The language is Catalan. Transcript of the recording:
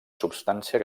substància